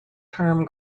term